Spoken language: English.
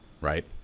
Right